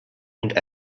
and